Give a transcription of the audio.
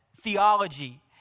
theology